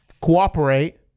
cooperate